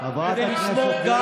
חברת הכנסת לוי,